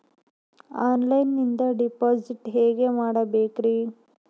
ಆನ್ಲೈನಿಂದ ಡಿಪಾಸಿಟ್ ಹೇಗೆ ಮಾಡಬೇಕ್ರಿ?